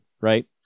right